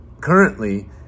currently